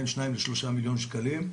3-2 מיליון שקלים.